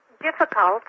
difficult